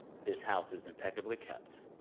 this house is impeccably kept.